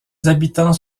habitants